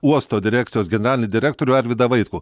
uosto direkcijos generalinį direktorių arvydą vaitkų